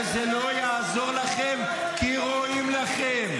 וזה לא יעזור לכם כי רואים לכם.